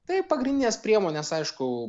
tai pagrindinės priemonės aišku